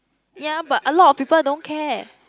ya but a lot of people don't care